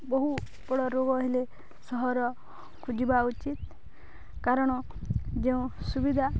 ବହୁ ବଡ଼ ରୋଗ ହେଲେ ସହରକୁ ଯିବା ଉଚିତ କାରଣ ଯେଉଁ ସୁବିଧା